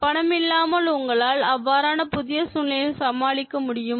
பணம் இல்லாமல் உங்களால் அவ்வாறான புதிய சூழ்நிலையை சமாளிக்க முடியுமா